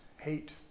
hate